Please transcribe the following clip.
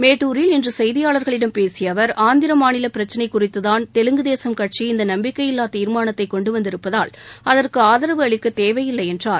மேட்டுரில் இன்று செய்தியாளர்களிடம் பேசிய அவர் ஆந்திர மாநில பிரச்சினை குறித்துதான் தெலுங்கு தேசம் கட்சி இந்த நம்பிக்கை இல்லா தீர்மானத்தை கொண்டு வந்திருப்பதால் அதற்கு ஆதரவு அளிக்கத் தேவையில்லை என்றார்